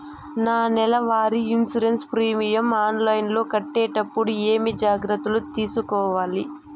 నా నెల వారి ఇన్సూరెన్సు ప్రీమియం ఆన్లైన్లో కట్టేటప్పుడు ఏమేమి జాగ్రత్త లు తీసుకోవాలి?